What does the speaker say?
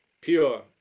pure